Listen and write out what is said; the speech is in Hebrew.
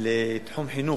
לתחום החינוך,